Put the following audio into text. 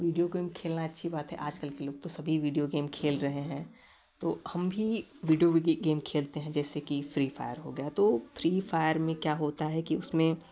video game खेलना अच्छी बात है आज कल के लोग तो सभी विडिओ गेम खेल रहे हैं तो हम भी विडिओ गेम खेलते है जैसे कि फ्री फायर हो गया तो फ्री फायर में क्या होता है कि उसमें